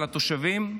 על התושבים.